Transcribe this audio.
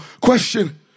Question